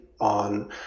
on